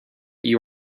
you